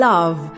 Love